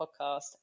podcast